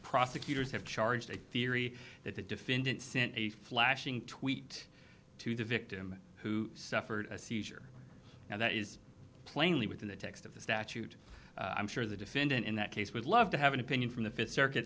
prosecutors have charged a theory that the defendant sent a flashing tweet to the victim who suffered a seizure now that is plainly within the text of the statute i'm sure the defendant in that case would love to have an opinion from the fifth circuit